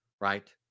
right